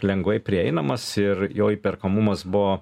lengvai prieinamas ir jo įperkamumas buvo